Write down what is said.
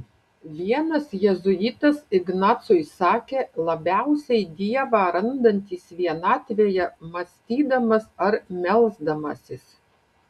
vienas jėzuitas ignacui sakė labiausiai dievą randantis vienatvėje mąstydamas ar melsdamasis